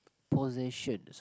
possession